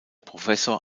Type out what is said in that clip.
professor